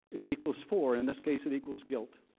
it equals four. in this case, it equals guilt.